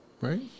right